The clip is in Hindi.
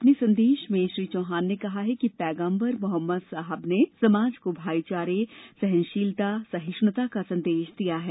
अपने संदेश में श्री चौहान ने कहा कि पैगम्बर मोहम्मद साहब ने समाज को भाईचारे सहनशीलता सहिष्णुता का संदेश दिया हैं